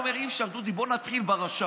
הוא אומר: אי-אפשר, דודי, בוא נתחיל ב"רשאי".